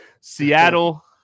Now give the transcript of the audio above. seattle